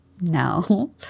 No